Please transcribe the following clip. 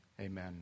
amen